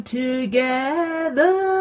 together